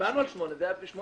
הצבענו על 8 --- לא.